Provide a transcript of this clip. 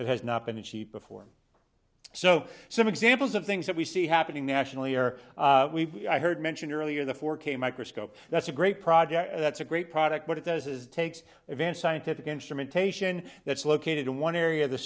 that has not been achieved before so some examples of things that we see happening nationally or we heard mentioned earlier the four k microscope that's a great project that's a great product what it does is it takes advance scientific instrumentation that's located in one area of the